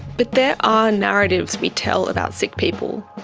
but there are narratives we tell about sick people,